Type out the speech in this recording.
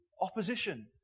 opposition